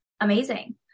amazing